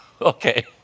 Okay